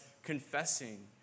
Confessing